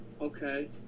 Okay